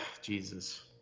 Jesus